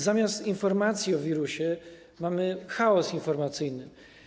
Zamiast informacji o wirusie, mamy chaos informacyjny.